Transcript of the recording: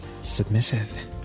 submissive